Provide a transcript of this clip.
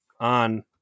on